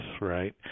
right